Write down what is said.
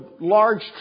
large